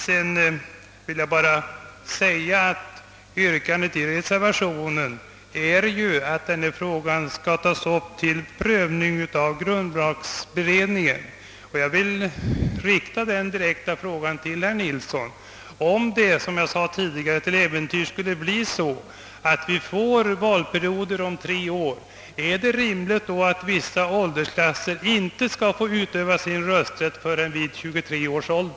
Reservationsyrkandet innebär, att denna fråga skall tas upp till prövning av grundlagberedningen. Jag vill direkt fråga herr Nilsson i Östersund, om han anser att det är rimligt att vissa åldersklasser, för den händelse vi får valperioder på tre år, inte skall få utöva sin rösträtt förrän vid 23 års ålder?